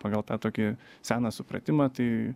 pagal tą tokį seną supratimą tai